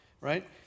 right